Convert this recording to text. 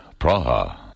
Praha